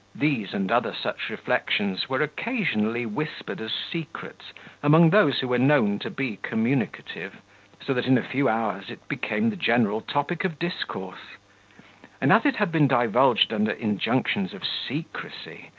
these and other such reflections were occasionally whispered as secrets among those who were known to be communicative so that, in a few hours, it became the general topic of discourse and, as it had been divulged under injunctions of secrecy,